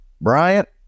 Bryant